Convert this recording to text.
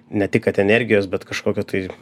ne tai kad energijos bet kažkokio tai